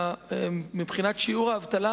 כשמבחינת שיעור האבטלה